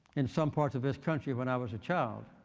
in some parts of this country when i was a child